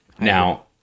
now